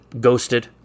ghosted